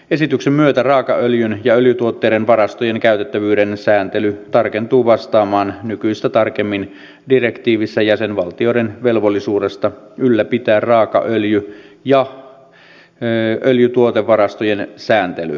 esityksen myötä raakaöljyn ja öljytuotteiden varastojen käytettävyyden sääntely tarkentuu vastaamaan nykyistä tarkemmin direktiivissä jäsenvaltioiden velvollisuutta ylläpitää raakaöljy ja öljytuotevarastojen sääntelyä